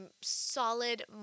solid